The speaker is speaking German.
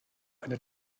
eine